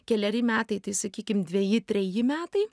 keleri metai tai sakykim dveji treji metai